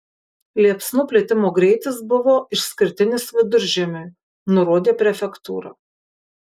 liepsnų plitimo greitis buvo išskirtinis viduržiemiui nurodė prefektūra